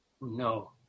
No